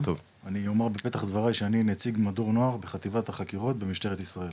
אני אומר בפתח דבריי שאני נציג מדור נוער בחטיבת החקירות במשטרת ישראל,